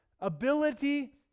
ability